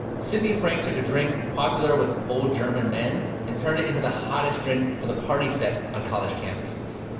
sidney frank took a drink popular with old german men and turned it into the hottest drink for the party set on college campuses.